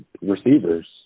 receivers